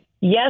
yes